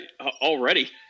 Already